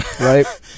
right